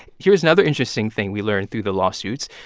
here's another interesting thing we learned through the lawsuits.